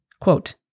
quote